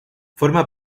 forma